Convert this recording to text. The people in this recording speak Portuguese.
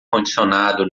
condicionado